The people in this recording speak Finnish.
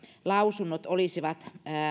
lausunnot olisivat